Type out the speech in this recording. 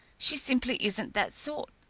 she simply isn't that sort.